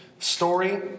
story